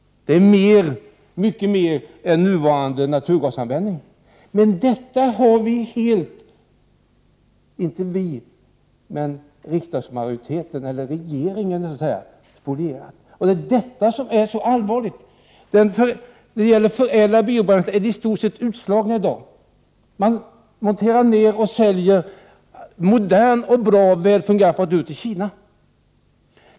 Det är mycket mer än nuvarande naturgasanvändning! Men detta har riksdagsmajoriteten, eller rättare sagt regeringen, helt spolierat, och det är detta som är så allvarligt. Förädlingen av biobränslen är i stort sett utslagen i dag. Man monterar ned och säljer en modern och bra, väl fungerande produkt till Kina.